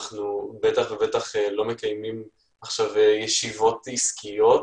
אנחנו לא מקיימים ישיבות עסקיות,